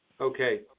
Okay